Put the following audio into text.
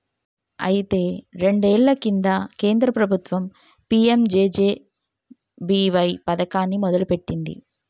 అయితే రెండేళ్ల కింద కేంద్ర ప్రభుత్వం పీ.ఎం.జే.జే.బి.వై పథకాన్ని మొదలుపెట్టింది